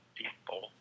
people